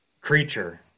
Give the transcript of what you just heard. creature